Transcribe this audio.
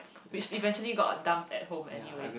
which eventually got dumped at home anyway